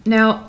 Now